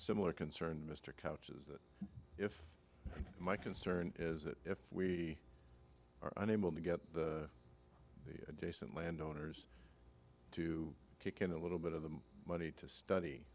similar concern mr couch is that if my concern is that if we are unable to get a decent landowners to kick in a little bit of the money to study